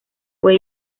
fue